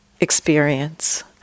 experience